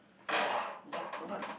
!wah! what what